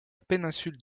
péninsule